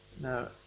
Now